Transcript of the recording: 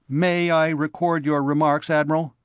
may i record your remarks, admiral?